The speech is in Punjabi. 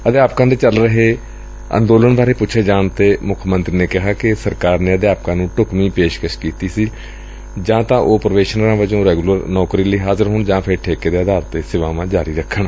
ਅਧਿਆਪਕਾਂ ਦੇ ਚੱਲ ਰਹੇ ਪ੍ਦਰਸ਼ਨ ਬਾਰੇ ਪੁੱਛੇ ਸਵਾਲ ਦੇ ਜਵਾਬ ਵਿੱਚ ਮੁੱਖ ਮੰਤਰੀ ਨੇ ਕਿਹਾ ਕਿ ਸਰਕਾਰ ਨੇ ਅਧਿਆਪਕਾਂ ਨੂੰ ਢੁਕਵੀਂ ਪੇਸ਼ਕਸ਼ ਕੀਤੀ ਸੀ ਕਿ ਜਾਂ ਤਾਂ ਉਹ ਪ੍ਰੋਬੇਸ਼ਨਰਾਂ ਵਜੋਂ ਰੈਗੁਲਰ ਨੌਕਰੀ ਤੇ ਹਾਜ਼ਰ ਹੋਣ ਜਾਂ ਫਿਰ ਠੇਕੇ ਦੇ ਆਧਾਰ ਤੇ ਸੇਵਾਵਾਂ ਜਾਰੀ ਰੱਖਣ